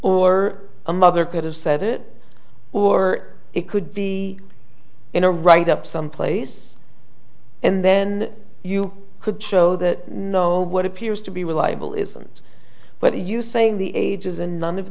or a mother could have said it or it could be in a write up someplace and then you could show that know what appears to be reliable isn't but are you saying the ages and none of